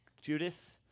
Judas